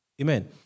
Amen